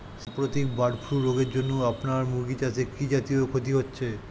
সাম্প্রতিক bird flu রোগের জন্য আপনার মুরগি চাষে কি জাতীয় ক্ষতি হয়েছে?